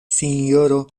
sinjoro